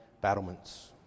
battlements